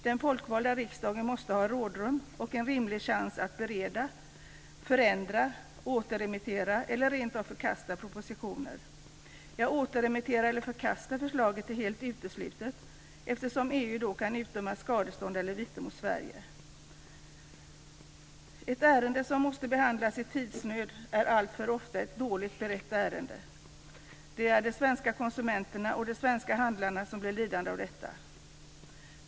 Den folkvalda riksdagen måste ha rådrum och en rimlig chans att bereda, förändra, återremittera eller rent av förkasta propositioner. Att återremittera eller förkasta förslaget är helt uteslutet, eftersom EU då kan utdöma skadestånd eller vite mot Sverige. Ett ärende som måste behandlas i tidsnöd är alltför ofta ett dåligt berett ärende. Det är de svenska konsumenterna och de svenska handlarna som blir lidande av detta.